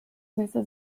süße